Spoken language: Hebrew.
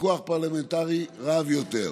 ופיקוח פרלמנטרי רבים יותר.